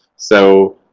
so,